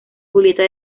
julieta